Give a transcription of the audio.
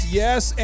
yes